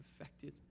affected